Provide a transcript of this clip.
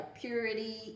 purity